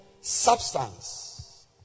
substance